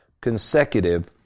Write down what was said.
consecutive